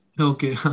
okay